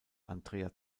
andrea